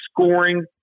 Scoring